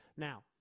Now